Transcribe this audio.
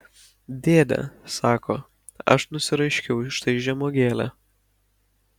dėde sako aš nusiraškiau štai žemuogėlę